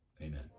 Amen